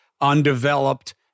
undeveloped